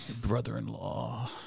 brother-in-law